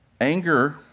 Anger